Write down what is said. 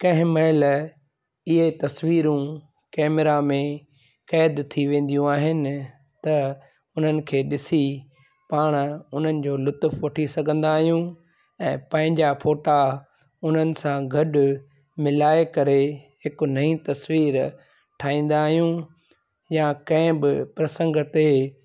कंहिं महिल इहे तस्वीरूं कैमरा में क़ैद थी वेंदियूं आहिनि त उन्हनि खे ॾिसी पाण उन्हनि जो लुत्फु वठी सघंदा आहियूं ऐं पंहिंजा फोटा उन्हनि सां गॾु मिलाए करे हिकु नई तस्वीर ठाहींदा आहियूं या कंहिं बि प्रसंग ते